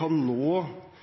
kan nå